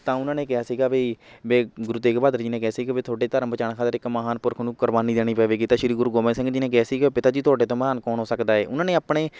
ਤਾਂ ਉਹਨਾਂ ਨੇ ਕਿਹਾ ਸੀਗਾ ਬਾਈ ਬੇ ਗੁਰੂ ਤੇਗ ਬਹਾਦਰ ਜੀ ਨੇ ਕਿਹਾ ਸੀ ਕਿ ਵੀ ਤੁਹਾਡੇ ਧਰਮ ਬਚਾਉਣ ਖਾਤਰ ਇੱਕ ਮਹਾਨ ਪੁਰਖ ਨੂੰ ਕੁਰਬਾਨੀ ਦੇਣੀ ਪਵੇਗੀ ਤਾਂ ਸ਼੍ਰੀ ਗੁਰੂ ਗੋਬਿੰਦ ਸਿੰਘ ਜੀ ਨੇ ਕਿਹਾ ਸੀ ਕਿ ਪਿਤਾ ਜੀ ਤੁਹਾਡੇ ਤੋਂ ਮਹਾਨ ਕੌਣ ਹੋ ਸਕਦਾ ਹੈ ਉਹਨਾਂ ਨੇ ਆਪਣੇ